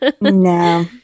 No